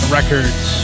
Records